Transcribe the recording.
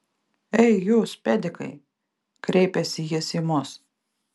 ei jūs pedikai kreipėsi jis į mus